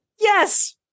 Yes